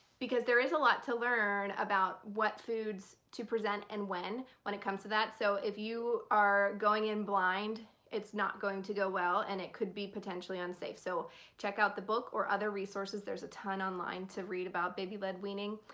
because there is a lot to learn about what foods to present and when, when it comes to that so if you are going in blind it's not going to go well and it could be potentially unsafe. so check out the book or other resources, there's a ton online to read about baby led weaning,